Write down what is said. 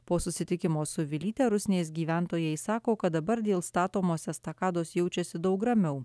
po susitikimo su vilyte rusnės gyventojai sako kad dabar dėl statomos estakados jaučiasi daug ramiau